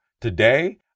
today